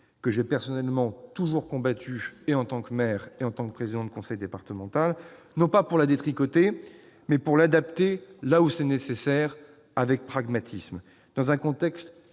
que j'ai personnellement toujours combattue, en tant que maire et en tant que président de conseil départemental. Il faudra la revoir, donc, non pas pour la détricoter, mais pour l'adapter là où c'est nécessaire, avec pragmatisme. Dans un contexte